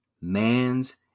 Man's